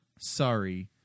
Sorry